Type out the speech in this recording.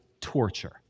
torture